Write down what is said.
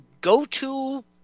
go-to